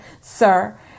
sir